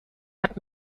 hat